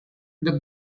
the